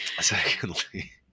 secondly